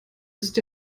ist